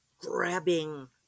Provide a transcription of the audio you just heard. grabbing